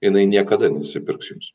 jinai niekada neatsipirks jums